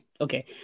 Okay